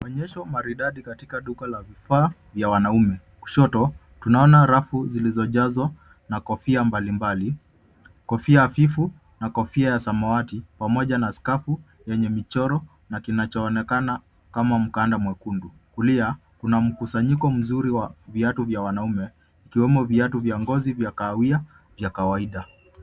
Onyesho maridadi katika duka la vifaa vya wanaume. Kushoto, tunaona rafu zilizojazwa na kofia mbalimbali; kofia hafifu na kofia ya samawati pamoja na skafu yenye michoro na kinachoonekana kama mkanda mwekundu. Kulia, kuna mkusanyiko mzuri wa viatu vya wanaume ikiwemo viatu vya ngozi vya kahawia vya kawaida.